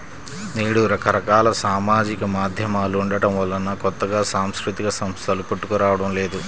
నేడు రకరకాల సామాజిక మాధ్యమాలు ఉండటం వలన కొత్తగా సాంస్కృతిక సంస్థలు పుట్టుకురావడం లేదు